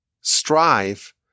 strive